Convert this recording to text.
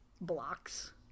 blocks